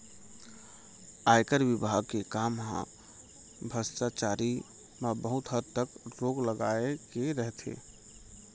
आयकर विभाग के काम हर भस्टाचारी म बहुत हद तक रोक लगाए के रइथे